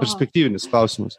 perspektyvinis klausimas